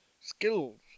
skills